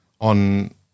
on